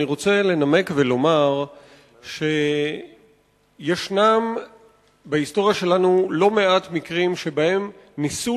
אני רוצה לנמק ולומר שיש בהיסטוריה שלנו לא מעט מקרים שבהם ניסו